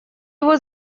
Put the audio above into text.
его